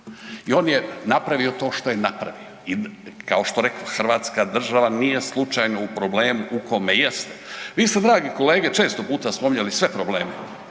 i on je napravio to što je napravio i kao što rekoh, hrvatska država nije slučajno u problemu u kome jeste. Vi ste dragi kolege često puta spominjali sve probleme,